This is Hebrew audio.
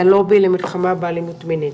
הלובי למלחמה באלימות מינית,